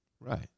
Right